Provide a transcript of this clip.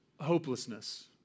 hopelessness